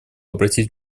обратить